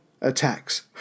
attacks